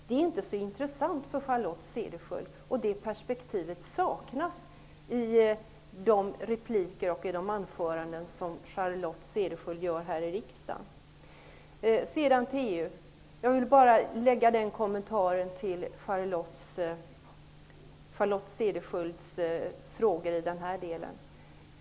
Det är inte så intressant för Charlotte Cederschiöld, och det perspektivet saknas i de repliker och de anföranden som Charlotte Cederschiöld har här i riksdagen. Sedan till frågan om EU. Jag vill göra en kommentar till Charlotte Cederschiölds frågor i den delen.